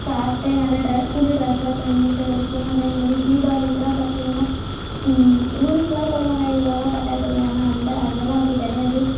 சாப்பிட்டு நல்ல ட்ரெ புது ட்ரெஸ்லாம் பண்ணிட்டு இருப்போம் அதேமாரி தீபாவளிக்கெலாம் பார்த்திங்கன்னா ரூல்ஸ்லாம் போடுவாங்க இவ்வளோதான் பட்டாசு வெடிக்கணும் ஆனால் அந்த அதெல்லாம் அப்படி கிடையாது